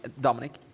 Dominic